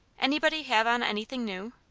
anybody have on anything new?